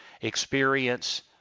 experience